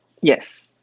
Yes